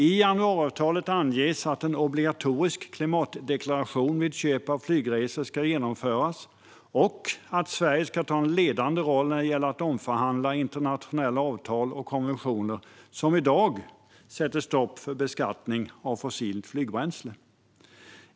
I januariavtalet anges att en obligatorisk klimatdeklaration vid köp av flygresor ska genomföras och att Sverige ska ta en ledande roll när det gäller att omförhandla internationella avtal och konventioner som i dag sätter stopp för beskattning av fossilt flygbränsle.